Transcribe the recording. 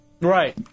Right